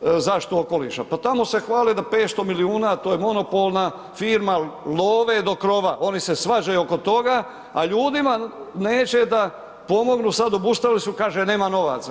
zaštitu okoliša, pa tamo se hvale da 500 milijuna to je monopolna firma, love do krova, oni se svađaju oko toga, a ljudima neće da pomognu, sad obustavili su kaže nema novaca.